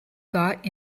got